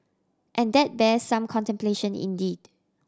and that bears some contemplation indeed